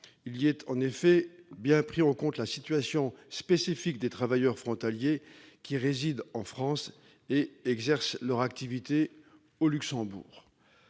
Il y est en effet bien pris en compte la situation spécifique des travailleurs frontaliers qui résident en France et exercent leur activité au Luxembourg.